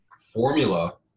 formula